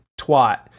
twat